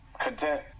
content